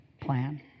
plan